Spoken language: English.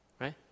right